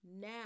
now